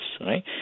right